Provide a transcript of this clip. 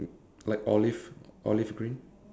like olive olive green